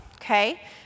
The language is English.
okay